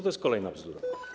To jest kolejna bzdura.